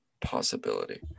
possibility